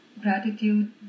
gratitude